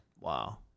Wow